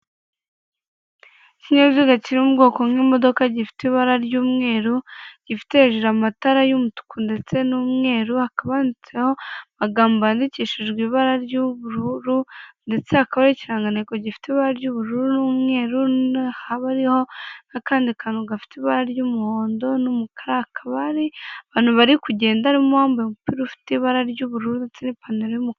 Ikinyabiziga kiri mu bwoko nk'imodoka gifite ibara ry'umweru, gifite hejuru amatara y'umutuku ndetse n'umweru, hakaba handitseho amagambo yandikishijwe ibara ry'ubururu, ndetse hakaba hariho ikiranganteko gifite ibara ry'ubururu n'umweru, na haba hariho n'akandi kantu gafite ibara ry'umuhondo n'umukara, hakaba hari abantu bari kugenda arimo uwambaye umupira ufite ibara ry'ubururu ndetse n'ipantaro y'umukara.